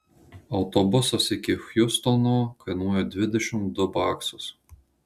autobusas iki hjustono kainuoja dvidešimt du baksus